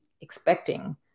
expecting